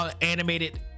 animated